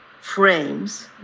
frames